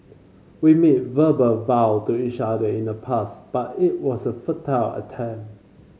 we made verbal vow to each other in the past but it was a futile attempt